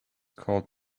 called